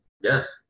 yes